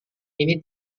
ini